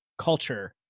culture